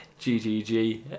GGG